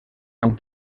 amb